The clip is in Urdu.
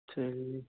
اچھا جی